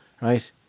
Right